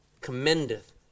commendeth